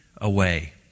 away